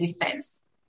defense